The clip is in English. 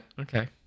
Okay